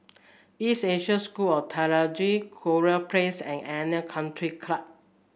East Asia School of Theology Kurau Place and Arena Country Club